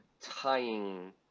tying